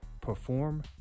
perform